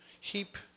heap